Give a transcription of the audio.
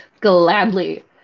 gladly